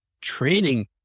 training